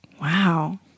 Wow